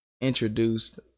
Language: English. introduced